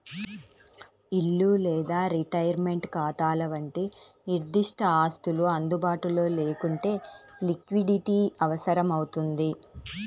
ఇల్లు లేదా రిటైర్మెంట్ ఖాతాల వంటి నిర్దిష్ట ఆస్తులు అందుబాటులో లేకుంటే లిక్విడిటీ అవసరమవుతుంది